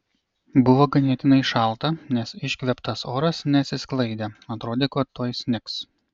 buvo ganėtinai šalta nes iškvėptas oras nesisklaidė atrodė kad tuoj snigs